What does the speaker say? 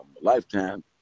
Lifetime